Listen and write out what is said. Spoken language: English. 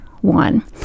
One